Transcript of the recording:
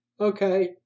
okay